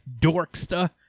dorksta